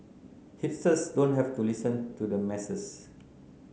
hipsters don't have to listen to the masses